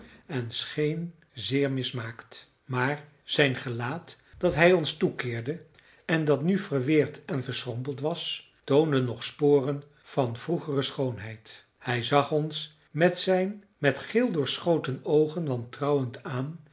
en scheen zeer mismaakt maar zijn gelaat dat hij ons toekeerde en dat nu verweerd en verschrompeld was toonde nog sporen van vroegere schoonheid hij zag ons met zijn met geel doorschoten oogen wantrouwend aan